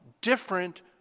different